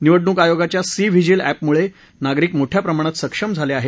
निवडणूक आयोगाच्या C vigil या एपमुळे नागरिक मोठ्या प्रमाणात सक्षम झाले आहेत